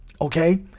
Okay